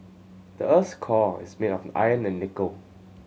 the earth core is made of iron and nickel